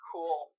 Cool